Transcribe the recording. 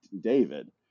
David